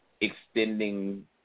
extending